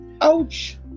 Ouch